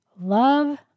love